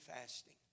fasting